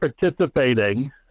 participating